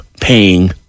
paying